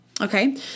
okay